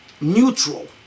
neutral